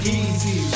easy